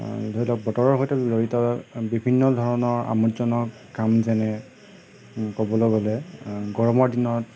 ধৰি লওক বতৰৰ সৈতে জড়িত বিভিন্ন ধৰণৰ আমোদজনক কাম যেনে ক'বলৈ গ'লে গৰমৰ দিনত